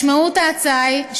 משמעות ההצעה היא,